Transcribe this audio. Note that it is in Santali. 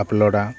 ᱟᱯᱞᱳᱰᱟ